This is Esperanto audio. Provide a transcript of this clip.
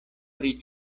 pri